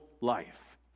life